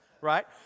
right